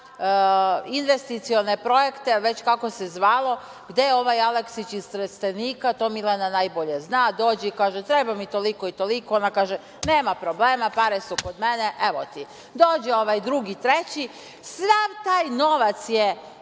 investicione projekte, već kako se zvalo, gde Aleksić iz Trstenika, to Milena najbolje zna, dođe i kaže – treba mi toliko i toliko, ona kaže – nema problema, pare su kod mene, evo ti. Dođe ovaj drugi, treći. Sav taj novac je